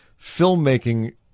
Filmmaking